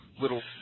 little